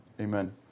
amen